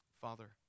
Father